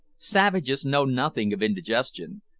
savages know nothing of indigestion,